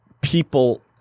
people